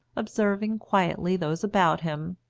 observing quietly those about him,